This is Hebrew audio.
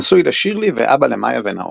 נשוי לשירלי ואבא למאיה ונאור.